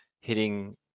hitting